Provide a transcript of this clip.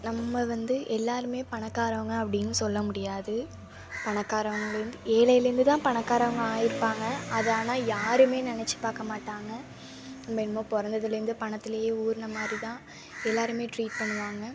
நம்ம வந்து எல்லாருமே பணக்காரவங்க அப்படின்னு சொல்ல முடியாது பணக்காரவங்களையும் ஏழைலேந்து தான் பணக்காரவங்க ஆயிருப்பாங்க அதை ஆனால் யாருமே நினச்சி பார்க்க மாட்டாங்க நம்ப என்னமோ பிறந்ததுலேந்தே பணத்துலையே ஊறின மாதிரி தான் எல்லாருமே ட்ரீட் பண்ணுவாங்க